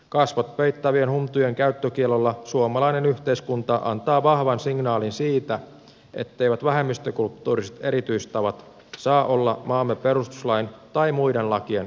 kasvot peittävien huntujen käyttökiellolla suomalainen yhteiskunta antaa vahvan signaalin siitä etteivät vähemmistökulttuuriset erityistavat saa olla maamme perustuslain tai muiden lakien yläpuolella